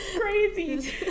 crazy